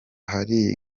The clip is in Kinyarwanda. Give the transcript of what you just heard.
hari